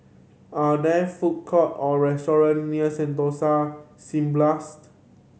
are there food court or restaurant near Sentosa Cineblast